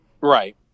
Right